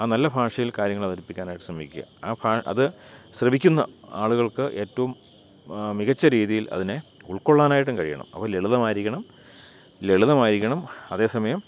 ആ നല്ല ഭാഷയിൽ കാര്യങ്ങൾ അവതരിപ്പിക്കാനായിട്ട് ശ്രമിക്കുക ആ അത് ശ്രമിക്കുന്ന ആളുകൾക്ക് ഏറ്റവും മികച്ച രീതിയിൽ അതിനെ ഉൾക്കൊള്ളാനായിട്ടും കഴിയണം അപ്പോൾ ലളിതമായിരിക്കണം ലളിതമായിരിക്കണം അതേസമയം